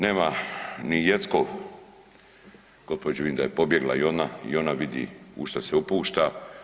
Nema ni Jeckov, gospođu vidim da je pobjegla i ona i ona vidi u šta se upušta.